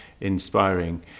inspiring